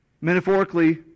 Metaphorically